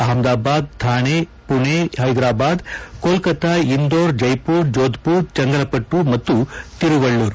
ಅಪಮದಾಬಾದ್ ಥಾಣೆ ಮಣೆ ಹೈದರಾಬಾದ್ ಕೋಲ್ಕತ್ತಾ ಇಂದೋರ್ ಜೈಮರ್ ಜೋದ್ಮರ್ ಚಂಗಲಪಟ್ಟ ಮತ್ತು ತಿರುವಳ್ಳೂರ್